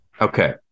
Okay